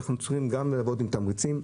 ואנחנו צריכים ללוות עם תמריצים,